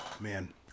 Man